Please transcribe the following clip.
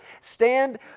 stand